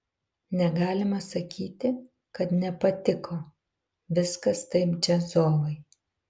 negalima sakyti kad nepatiko viskas taip džiazovai